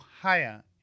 higher